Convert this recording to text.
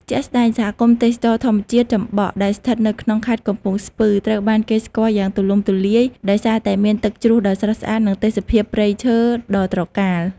ជាក់ស្ដែង សហគមន៍ទេសចរណ៍ធម្មជាតិចំបក់ ដែលស្ថិតនៅក្នុងខេត្តកំពង់ស្ពឺ ត្រូវបានគេស្គាល់យ៉ាងទូលំទូលាយដោយសារតែមានទឹកជ្រោះដ៏ស្រស់ស្អាត និងទេសភាពព្រៃឈើដ៏ត្រកាល។